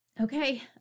Okay